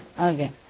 Okay